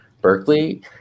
Berkeley